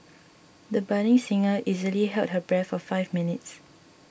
the budding singer easily held her breath for five minutes